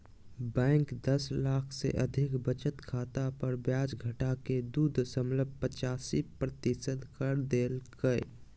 bank दस लाख से अधिक बचत खाता पर ब्याज घटाके दू दशमलब पचासी प्रतिशत कर देल कय